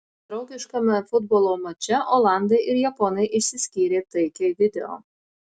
draugiškame futbolo mače olandai ir japonai išsiskyrė taikiai video